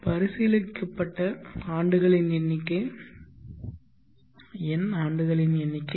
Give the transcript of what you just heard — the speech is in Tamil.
பரிசீலிக்கப்பட்ட ஆண்டுகளின் எண்ணிக்கை n ஆண்டுகளின் எண்ணிக்கை